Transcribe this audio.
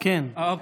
אוקיי,